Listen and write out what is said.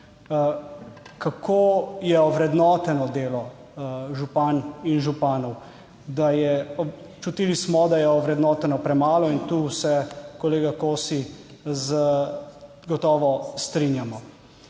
kako je ovrednoteno delo županj in županov. Da je, čutili smo, da je ovrednoteno premalo in tu se, kolega Kosi, z gotovo strinjamo,